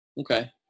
Okay